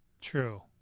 True